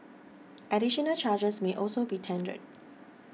additional charges may also be tendered